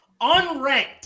unranked